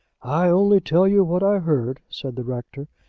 i only tell you what i heard, said the rector,